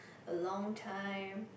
a long time